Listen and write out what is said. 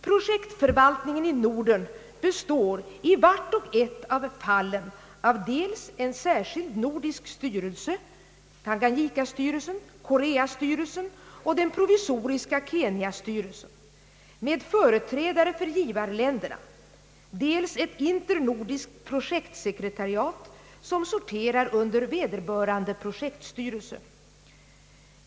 Projektförvaltningen i Norden består i vart och ett av fallen av dels en särskild nordisk styrelse — Tanganyikastyrelsen, Koreastyrelsen och den provisoriska Kenyastyrelsen — med företrädare för givarländerna, dels ett internordiskt projektsekretariat som sorterar under vederbörande projektstyrelse.